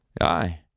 Aye